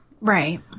right